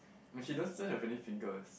when she doesn't have any fingers